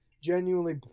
genuinely